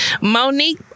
Monique